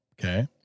Okay